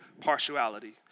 partiality